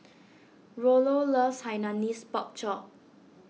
Rollo loves Hainanese Pork Chop